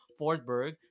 Forsberg